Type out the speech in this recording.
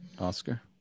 Oscar